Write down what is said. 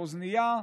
העזנייה.